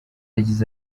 agize